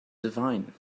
divine